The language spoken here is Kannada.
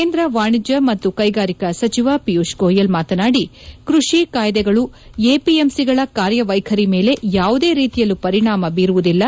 ಕೇಂದ್ರ ವಾಣಿಜ್ಯ ಮತ್ತು ಕೈಗಾರಿಕಾ ಸಚಿವ ಪಿಯೂಷ್ ಗೋಯಲ್ ಮಾತನಾದಿ ಕ್ವಡಿ ಕಾಯ್ಲೆಗಳು ಎಪಿಎಂಸಿಗಳ ಕಾರ್ಯವೈಖರಿ ಮೇಲೆ ಯಾವುದೇ ರೀತಿಯಲ್ಲೂ ಪರಿಣಾಮ ಬೀರುವುದಿಲ್ಲ